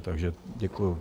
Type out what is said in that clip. Takže děkuju.